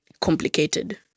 complicated